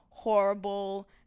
horrible